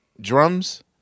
drums